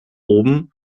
oben